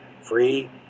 free